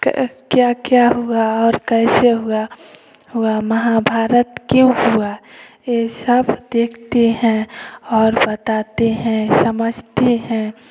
क्या क्या हुआ और कैसे हुआ हुआ महाभारत क्यों हुआ ये सब देखते हैं और बताते हैं समझते हैं